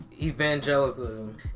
evangelicalism